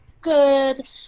good